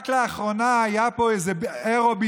רק לאחרונה היה פה איזה אירוביזיון,